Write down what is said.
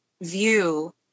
view